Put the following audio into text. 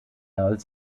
als